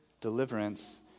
deliverance